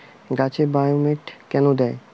গাছে বায়োমেট কেন দেয়?